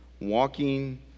walking